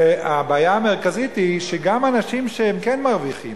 והבעיה המרכזית היא שגם אנשים שכן מרוויחים,